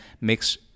makes